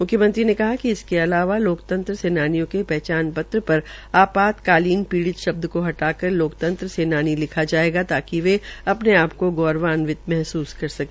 मुख्यमंत्री ने कहा कि इसके अतिरिक्त लोकतंत्र सेनानियों के पहचान पत्र पर आपातकालीन पीडि़त शब्द को हटाकर लोकतंत्र सेनानी लिखा जायेगा ताकि वे अपने आप को गौरवांनित महसूस कर सके